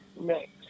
next